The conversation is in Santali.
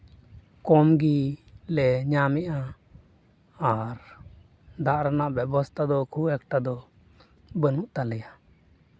ᱠᱚᱢ ᱜᱮᱞᱮ ᱧᱟᱢ ᱮᱫᱼᱟ ᱟᱨ ᱫᱟᱜ ᱨᱮᱱᱟᱜ ᱵᱮᱵᱚᱥᱛᱷᱟ ᱫᱚ ᱠᱷᱩᱵᱽ ᱮᱠᱴᱟ ᱫᱚ ᱵᱟᱹᱱᱩᱜ ᱛᱟᱞᱮᱭᱟ